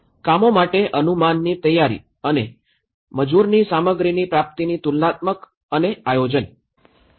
કામો માટે અનુમાનની તૈયારી અને મજૂરની સામગ્રીની પ્રાપ્તિની તુલનાત્મક અને આયોજન